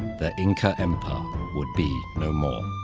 the inca empire would be no more.